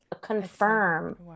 confirm